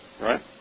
right